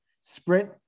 Sprint